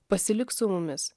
pasilik su mumis